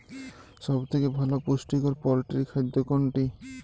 সব থেকে ভালো পুষ্টিকর পোল্ট্রী খাদ্য কোনটি?